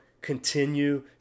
continue